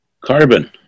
Carbon